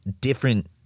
different